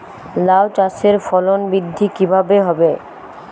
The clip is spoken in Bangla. লাউ চাষের ফলন বৃদ্ধি কিভাবে হবে?